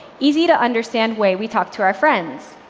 easy to understand way we talk to our friends.